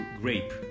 grape